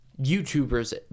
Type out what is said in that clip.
YouTubers